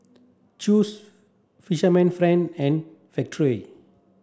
Chew's Fisherman friend and Factorie